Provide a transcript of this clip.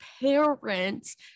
parents